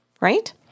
right